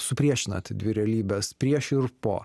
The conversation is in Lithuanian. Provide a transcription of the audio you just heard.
supriešinat dvi realybes prieš ir po